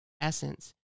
essence